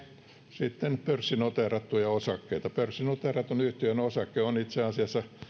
sitten pörssinoteerattuja osakkeita pörssinoteeratun yhtiön osake on itse asiassa